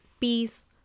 peace